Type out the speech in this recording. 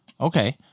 Okay